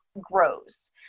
grows